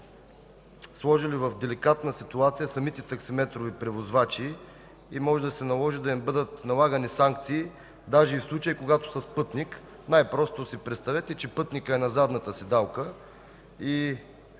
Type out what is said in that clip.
сложили в деликатна ситуация самите таксиметрови превозвачи и може да се наложи да им бъдат налагани санкции даже и в случаи, когато са с пътник. Най-просто си представете, че пътникът е на задната седалка, и